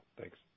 thanks